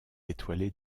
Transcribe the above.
étoilée